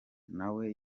nawe